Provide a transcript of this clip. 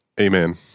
Amen